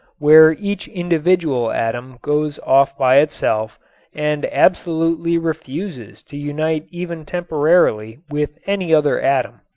where each individual atom goes off by itself and absolutely refuses to unite even temporarily with any other atom.